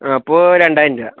ആ അപ്പോൾ രണ്ടായിരം രൂപ